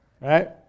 Right